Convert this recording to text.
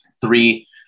three